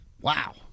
wow